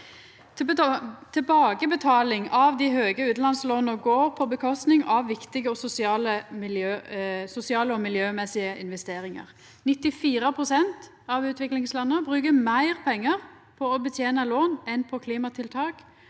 Tilbakebetaling av dei høge utanlandslåna går på kostnad av viktige sosiale og miljømessige investeringar. 94 pst. av utviklingslanda brukar meir pengar på å betena lån enn på klimatiltak,